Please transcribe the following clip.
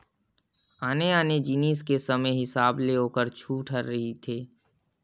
आने आने जिनिस के समे हिसाब ले ओखर छूट ह रहिथे